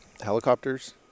Helicopters